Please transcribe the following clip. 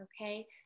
Okay